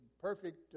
perfect